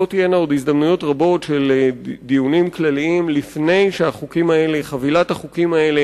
לא תהיינה עוד הזדמנויות רבות של דיונים כלליים לפני שחבילת החוקים האלה